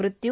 मृत्यू